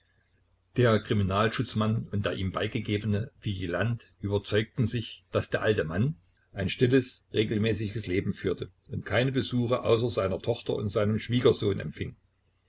der kriminalschutzmann und der ihm beigegebene vigilant überzeugten sich daß der alte mann ein stilles regelmäßiges leben führte und keine besuche außer seiner tochter und seinem schwiegersohn empfing